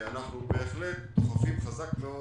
אנחנו בהחלט דוחפים חזק מאוד